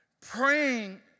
praying